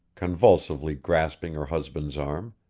convulsively grasping her husband's arm.